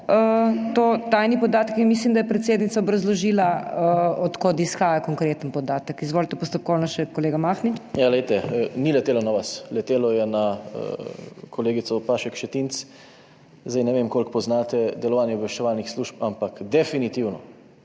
to tajni podatki, in mislim, da je predsednica obrazložila, od kod izhaja konkreten podatek. Izvolite še postopkovno, kolega Mahnič. ŽANMAHNIČ (PS SDS): Glejte, ni letelo na vas, letelo je na kolegico Šetinc Pašek. Ne vem, koliko poznate delovanje obveščevalnih služb, ampak definitivno,